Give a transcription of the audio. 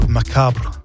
Macabre